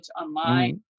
online